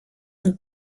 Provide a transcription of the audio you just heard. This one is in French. sont